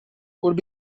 would